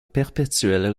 perpétuel